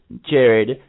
Jared